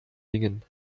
dingen